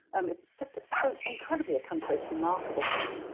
um it's just so incredibly accomplished. remarkable thing.